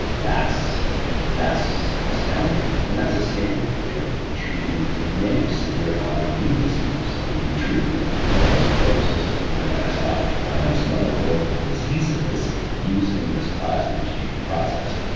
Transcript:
that's that's astounding. and that's a standard of care for treating many severe autoimmune diseases so, we can treat multiple sclerosis, neuromyelitis optica, and some other horrible diseases using this plasma exchange process,